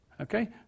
Okay